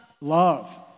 love